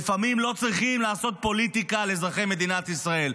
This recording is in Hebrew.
לפעמים לא צריכים לעשות פוליטיקה על אזרחי מדינת ישראל.